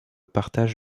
partage